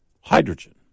hydrogen